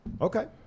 Okay